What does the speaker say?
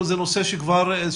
זה נושא שנפתר?